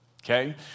Okay